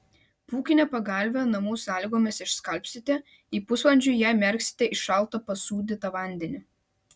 pūkinę pagalvę namų sąlygomis išskalbsite jei pusvalandžiui ją įmerksite į šaltą pasūdytą vandenį